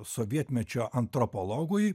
sovietmečio antropologui